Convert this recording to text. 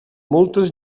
moltes